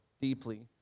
deeply